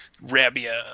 rabia